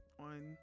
on